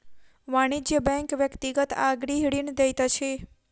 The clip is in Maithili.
वाणिज्य बैंक व्यक्तिगत आ गृह ऋण दैत अछि